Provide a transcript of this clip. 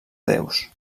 déus